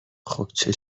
خوبچه